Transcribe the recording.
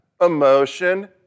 emotion